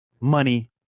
money